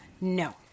No